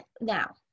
Now